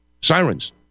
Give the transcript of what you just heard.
Sirens